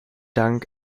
dank